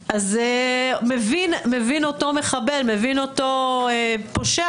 אז מבין אותו מחבל, מבין אותו פושע